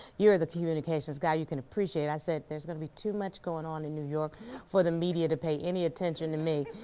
you're the communications guy, you can appreciate. i said, there's gonna be too much going on in new york for the media to pay any attention to me,